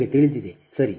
ನಿಮಗೆ ತಿಳಿದಿದೆ ಸರಿ